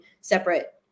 separate